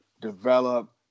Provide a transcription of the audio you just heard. develop